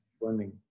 burning